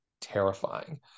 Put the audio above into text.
terrifying